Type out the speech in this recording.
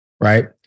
right